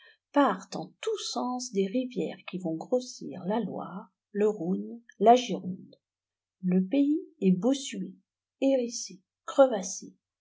partent en tous sens des rivières qui vont grossir la loire le rhône la gironde le pays est bossue hérissé crevassé